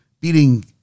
beating